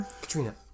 Katrina